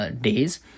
days